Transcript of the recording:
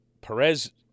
Perez